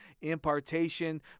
impartation